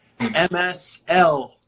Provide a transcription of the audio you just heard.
MSL